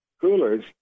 coolers